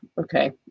okay